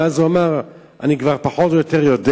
ואז הוא אמר: אני כבר פחות או יותר יודע.